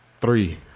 three